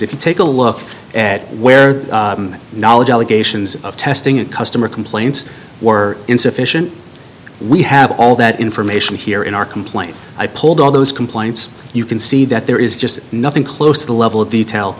if you take a look at where knowledge allegations of testing and customer complaints were insufficient we have all that information here in our complaint i pulled all those complaints you can see that there is just nothing close to the level of detail